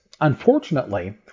Unfortunately